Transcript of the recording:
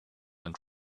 and